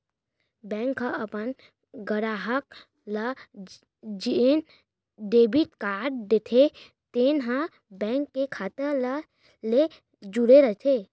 bank ह अपन गराहक ल जेन डेबिट कारड देथे तेन ह बेंक के खाता ले जुड़े रइथे